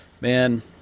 Man